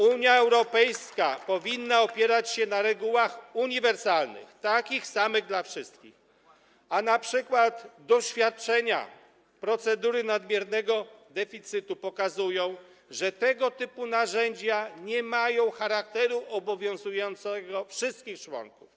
Unia Europejska powinna opierać się na regułach uniwersalnych, takich samych dla wszystkich, a np. doświadczenia związane z procedurą nadmiernego deficytu pokazują, że tego typu narzędzia nie mają charakteru obowiązującego wszystkich członków.